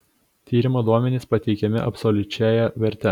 tyrimo duomenys pateikiami absoliučiąja verte